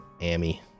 Amy